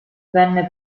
venne